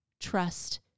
trust